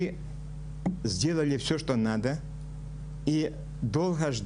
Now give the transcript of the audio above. אחרי כמה זמן קיבלנו תשובה מהמדינה שאותו ארגון של 1,000 שורדי שואה,